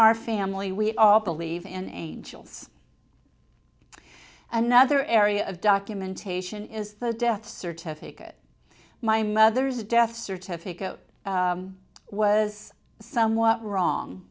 our family we all believe in angels another area of documentation is the death certificate my mother's death certificate was somewhat wrong